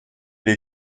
les